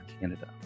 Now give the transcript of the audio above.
Canada